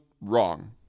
wrong